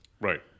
Right